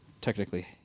technically